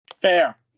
Fair